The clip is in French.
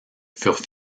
furent